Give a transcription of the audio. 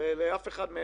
לאף אחד,